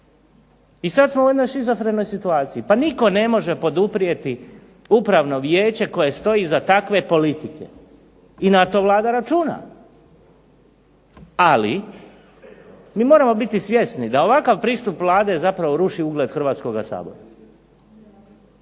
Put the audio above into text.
I sada smo u jednoj šizofrenoj situaciji, pa nitko ne može poduprijeti upravno vijeće koje stoji iza takve politike i na to Vlada računa. Ali mi moramo biti svjesni da ovakav pristup Vlade zapravo ruši ugled Hrvatskoga sabora.